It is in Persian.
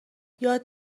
یاد